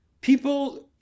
people